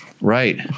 Right